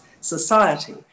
society